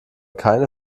keine